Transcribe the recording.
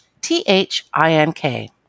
T-H-I-N-K